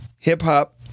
hip-hop